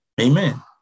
amen